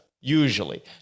usually